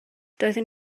doeddwn